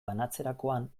banatzerakoan